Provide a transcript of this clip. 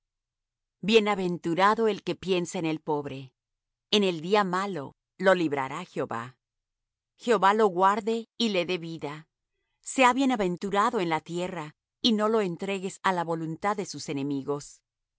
bienaventurado el que piensa en el pobre en el día malo lo librará jehová jehová lo guardé y le dé vida sea bienaventurado en la tierra y no lo entregues á la voluntad de sus enemigos